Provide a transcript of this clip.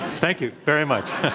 thank you very much.